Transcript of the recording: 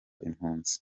impunzi